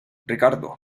ricardo